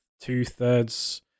two-thirds